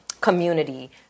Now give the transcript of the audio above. community